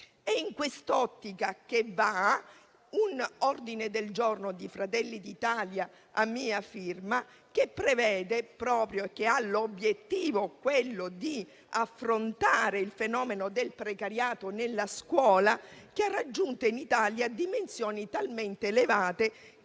È in quest'ottica che va un ordine del giorno di Fratelli d'Italia a mia firma, che ha proprio l'obiettivo di affrontare il fenomeno del precariato nella scuola, fenomeno che ha raggiunto in Italia dimensioni talmente elevate